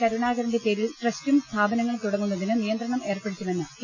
കരുണാകരന്റെ പേരിൽ ട്രസ്റ്റും സ്ഥാപനങ്ങളും തുടങ്ങുന്നതിന് നിയന്ത്രണം ഏർപ്പെടുത്തുമെന്ന് കെ